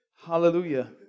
Hallelujah